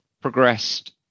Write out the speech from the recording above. progressed